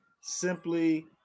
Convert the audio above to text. simply